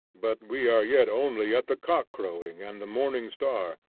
but we are yet only at the cock-crowing and the morning star.